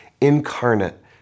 incarnate